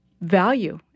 value